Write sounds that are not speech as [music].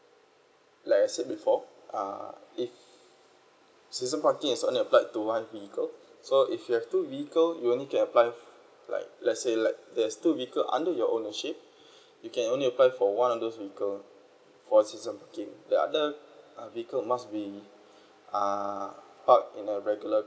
like I said before uh if season parking is only applied to one vehicle so if you have two vehicle you only can apply like let's say like there's two vehicle under your ownership [breath] you can only apply for one of those vehicle for season parking the other uh vehicle must be uh parked in a regular